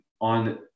on